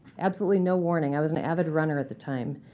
absolutely no warning. i was an avid runner at the time.